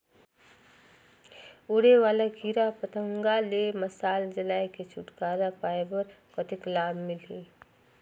उड़े वाला कीरा पतंगा ले मशाल जलाय के छुटकारा पाय बर कतेक लाभ मिलही?